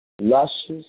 Luscious